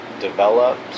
developed